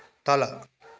तल